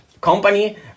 company